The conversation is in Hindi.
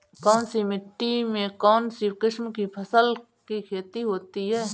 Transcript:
कौनसी मिट्टी में कौनसी किस्म की फसल की खेती होती है?